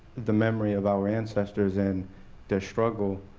the memory of our ancestors, and their struggle?